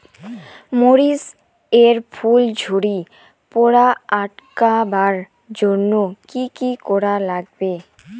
মরিচ এর ফুল ঝড়ি পড়া আটকাবার জইন্যে কি কি করা লাগবে?